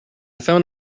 found